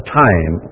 time